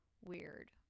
weird